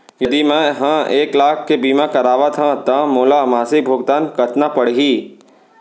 यदि मैं ह एक लाख के बीमा करवात हो त मोला मासिक भुगतान कतना पड़ही?